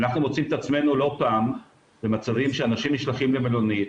אנחנו מוצאים את עצמנו לא פעם במצבים שאנשים נשלחים למלונית,